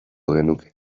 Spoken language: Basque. genuke